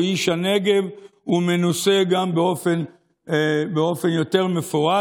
הוא איש הנגב, הוא מנוסה גם באופן יותר מפורט.